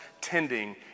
tending